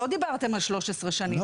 לא דיברתם על 13 שנים.